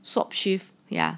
swap shift ya